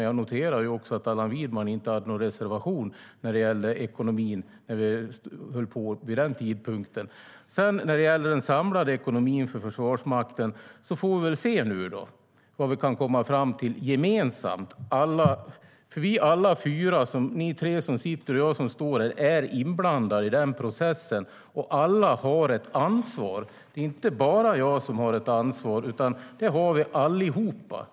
Jag noterade också att Allan Widman inte hade någon reservation om ekonomin vid den tidpunkten. När det gäller den samlade ekonomin för Försvarsmakten får vi väl se vad vi nu kan komma fram till gemensamt. Ni tre som sitter och jag som står, vi alla fyra, är inblandade den processen. Alla har ett ansvar. Det är inte bara jag som har ett ansvar, utan det har vi allihop.